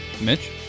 Mitch